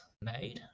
made